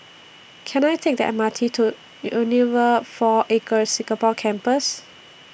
Can I Take The M R T to Unilever four Acres Singapore Campus